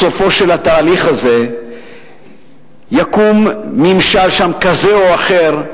בסופו של התהליך הזה יקום ממשל שם, כזה או אחר,